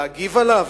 להגיב עליו?